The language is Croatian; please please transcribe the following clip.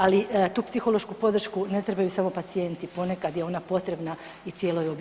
Ali tu psihološku podršku ne trebaju samo pacijenti, ponekad je ona potrebna i cijelo obitelji.